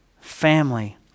family